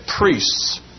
priests